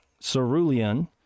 Cerulean